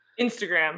Instagram